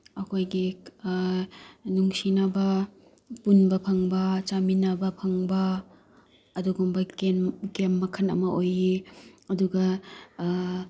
ꯑꯩꯈꯣꯏꯒꯤ ꯅꯨꯡꯁꯤꯅꯕ ꯄꯨꯟꯕ ꯐꯪꯕ ꯆꯥꯃꯤꯟꯅꯕ ꯐꯪꯕ ꯑꯗꯨꯒꯨꯝꯕ ꯒꯦꯝ ꯃꯈꯟ ꯑꯃ ꯑꯣꯏꯑꯦ ꯑꯗꯨꯒ